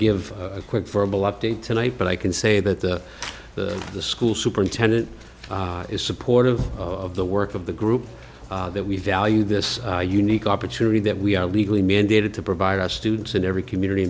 give a quick for a bill update tonight but i can say that the school superintendent is supportive of the work of the group that we value this unique opportunity that we are legally mandated to provide our students in every community